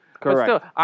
Correct